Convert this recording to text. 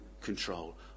control